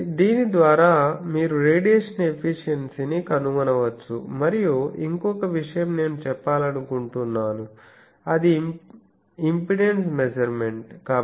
కాబట్టి దీని ద్వారా మీరు రేడియేషన్ ఎఫిషియన్సీని కనుగొనవచ్చు మరియు ఇంకొక విషయం నేను చెప్పాలనుకుంటున్నాను అది ఇంపెడెన్స్ మెజర్మెంట్